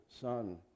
Son